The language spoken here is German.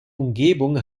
umgebung